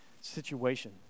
situation